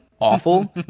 awful